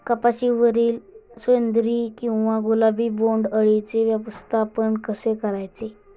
कपाशिवरील शेंदरी किंवा गुलाबी बोंडअळीचे व्यवस्थापन कसे करायचे?